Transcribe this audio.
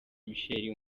michel